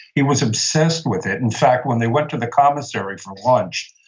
he was obsessed with it. in fact, when they went to the commissary for lunch,